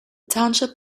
township